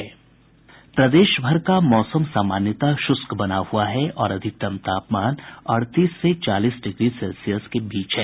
प्रदेश भर का मौसम सामान्यतः शुष्क बना हुआ है और अधिकतम तापमान अड़तीस से चालीस डिग्री सेल्सियस के बीच है